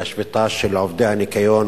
היא השביתה של עובדי הניקיון,